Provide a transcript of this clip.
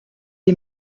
est